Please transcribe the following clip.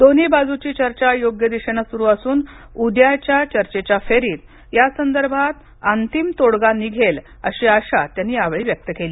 दोन्ही बाजूची चर्चा योग्य दिशेन सुरू असून उद्याच्या चर्चेच्या फेरीत यासंदर्भात अंतिम तोडगा निघेल अशी अशा त्यांनी यावेळी व्यक्त केली